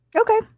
Okay